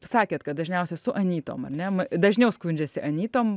sakėt kad dažniausia su anytom ar ne dažniau skundžiasi anytom